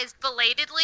belatedly